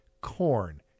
corn